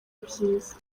byiza